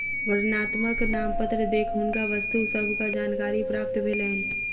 वर्णनात्मक नामपत्र देख हुनका वस्तु सभक जानकारी प्राप्त भेलैन